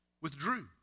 withdrew